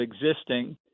existing